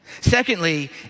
Secondly